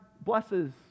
blesses